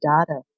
data